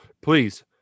please